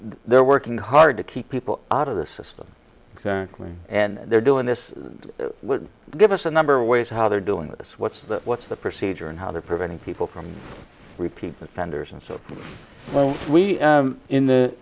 they're working hard to keep people out of the system exactly and they're doing this give us a number of ways how they're doing with us what's that what's the procedure and how they're preventing people from repeat offenders and so well we in the